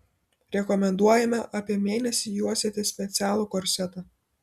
rekomenduojama apie mėnesį juosėti specialų korsetą